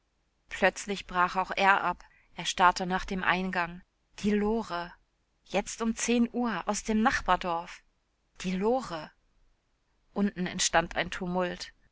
plötzlich brach auch er ab er starrte nach dem eingang die lore jetzt um zehn uhr aus dem nachbardorf die lore unten entstand ein tumult